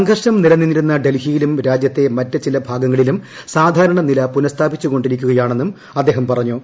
സംഘർഷം നിലനിന്നിരുന്ന ഡൽഹിയിലും രാജ്യത്തെ മറ്റ് ചില ഭാഗങ്ങളിലും സാധാരണ നില പുനസ്ഥാപിച്ചു കൊണ്ടിരിക്കുകയാണെന്നും അദ്ദേഹം പറഞ്ഞു